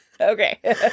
okay